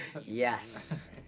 Yes